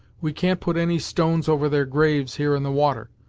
we can't put any stones over their graves, here in the water,